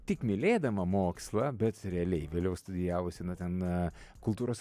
tik mylėdama mokslą bet realiai vėliau studijavusi na ten kultūros